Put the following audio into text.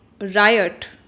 riot